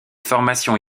formations